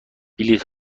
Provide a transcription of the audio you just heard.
بلیط